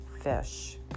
fish